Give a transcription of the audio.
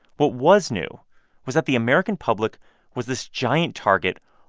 what was new was that the american public was this giant target,